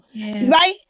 Right